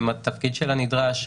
אם התפקיד שלה נדרש,